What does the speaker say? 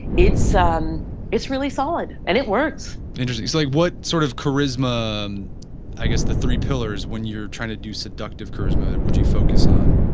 it's um it's really solid and it works interesting. so like what sort of charisma um i guess the three pillars when you're trying to do seductive charisma that would you focus on?